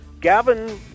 Gavin